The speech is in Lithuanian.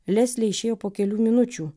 leslė išėjo po kelių minučių